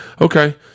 Okay